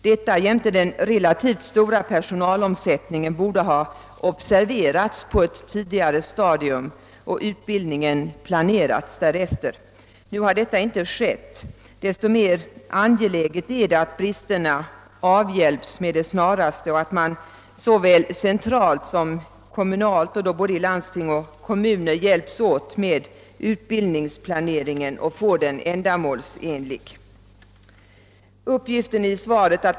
Detta jämte den relativt stora personalomsättningen borde ha observerats på ett tidigare stadium och utbildningen ha planerats därefter. Nu har detta inte skett. Desto mer angeläget är det att bristerna avhjälps med det snaraste och att man centralt och kommunalt — i både landsting och kommuner — samarbetar för att göra utbildningsplaneringen ändamålsenlig.